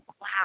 wow